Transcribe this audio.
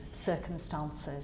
circumstances